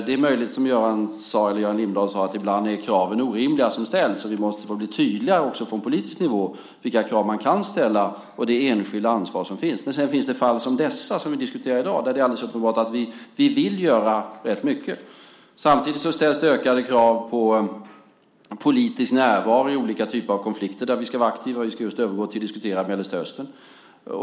Det är möjligt, som Göran Lindblad sade, att de krav som ställs ibland är orimliga. Vi måste bli tydliga också från politisk nivå med vilka krav man kan ställa och det enskilda ansvar som finns. Men sedan finns det fall som de vi diskuterar i dag där det är alldeles uppenbart att vi vill göra rätt mycket. Samtidigt ställs det ökade krav på politisk närvaro i olika typer av konflikter där vi ska vara aktiva. Vi ska just övergå till att diskutera Mellanöstern.